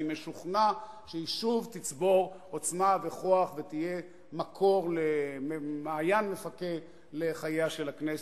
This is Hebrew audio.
אני משוכנע שהיא שוב תצבור עוצמה וכוח ותהיה מעיין מפכה לחייה של הכנסת.